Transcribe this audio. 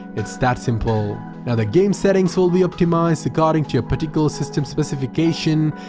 it's that simple, now the game settings will be optimized according to your particular system specification,